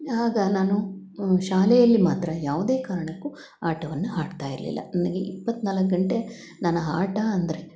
ಆಗ ನಾನು ಶಾಲೆಯಲ್ಲಿ ಮಾತ್ರ ಯಾವುದೆ ಕಾರಣಕ್ಕು ಆಟವನ್ನು ಆಡ್ತಾ ಇರಲಿಲ್ಲ ನನಗೆ ಇಪ್ಪತ್ತು ನಾಲ್ಕು ಗಂಟೆ ನಾನು ಆಟ ಅಂದರೆ